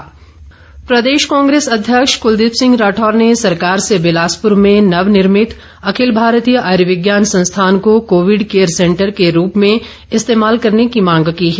राठौर प्रदेश कांग्रेस अध्यक्ष कुलदीप सिंह राठौर ने सरकार से बिलासपुर में नव निर्मित अखिल भारतीय आयुर्विज्ञान संस्थान को कोविंड केयर सेंटर के रूप में इस्तेमाल करने की मांग की है